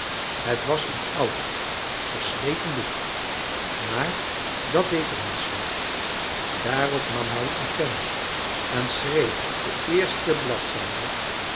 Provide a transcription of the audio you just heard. het was een oud versleten boek maar dat deed er niets toe daarop nam hij een pen en schreef op de eerste bladzijde